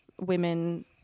women